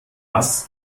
was